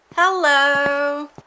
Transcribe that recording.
Hello